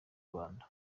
rwanda